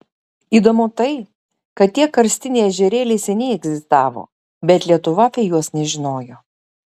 įdomu tai kad tie karstiniai ežerėliai seniai egzistavo bet lietuva apie juos nežinojo